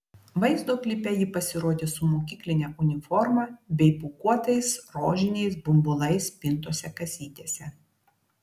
vaizdo klipe ji pasirodė su mokykline uniforma bei pūkuotais rožiniais bumbulais pintose kasytėse